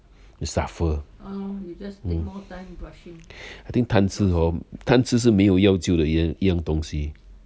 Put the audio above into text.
you suffer I think 贪吃 hor 贪吃是没有药救的 y~ 的一样东西